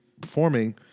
performing